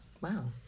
Wow